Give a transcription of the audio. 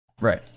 Right